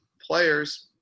players